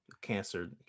cancer